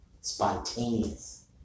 Spontaneous